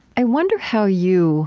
i wonder how you